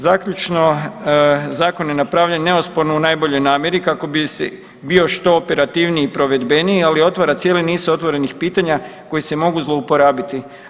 Zaključno, zakon je napravljen neosporno u najboljoj namjeri kako bi se bio što operativniji i provedbeniji ali otvara cijeli niz otvorenih pitanja koji se mogu zlouporabiti.